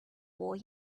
boy